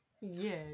Yes